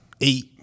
eight